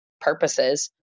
purposes